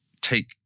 take